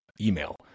email